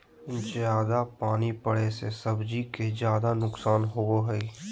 जयादा पानी पड़े से सब्जी के ज्यादा नुकसान होबो हइ